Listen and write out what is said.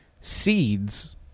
seeds